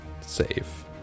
save